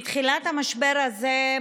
מתחילת המשבר הזה,